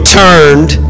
turned